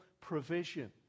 provision